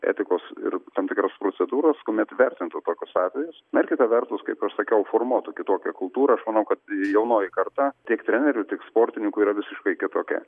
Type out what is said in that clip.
etikos ir tam tikros procedūros kuomet vertintų tokius atvejus na ir kita vertus kaip sakiau formuotų kitokią kultūrą aš manau kad jaunoji karta tiek trenerių tik sportininkų yra visiškai kitokia